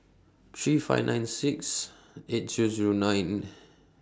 three five nine six eight two Zero nine